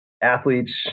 athletes